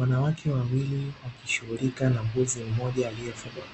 Wanawake wawili wakishughulika na mbuzi mmoja aliyefungwa.